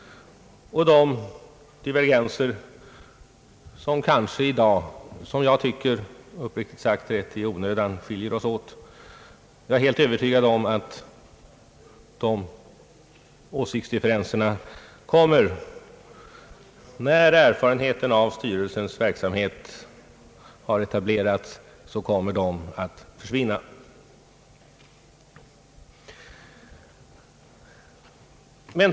Jag är helt övertygad om att dessa åsiktsdifferenser — som jag uppriktigt sagt tycker är onödiga — kommer att försvinna när styrelsen har etablerats och vunnit erfarenheter.